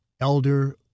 elder